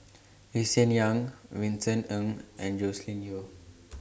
Lee Hsien Yang Vincent Ng and Joscelin Yeo